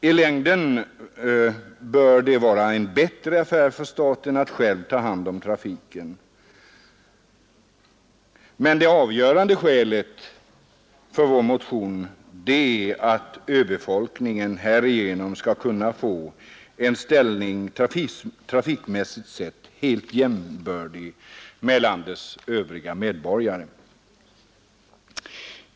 I längden bör det vara en bättre affär för staten att själv ta hand om trafiken. Men det avgörande skälet för vår motion är att öbefolkningen bör få en ställning som trafikmässigt sett gör den helt jämbördig med landets övriga medborgare.